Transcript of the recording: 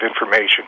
information